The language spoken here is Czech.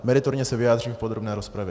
Meritorně se vyjádřím v podrobné rozpravě.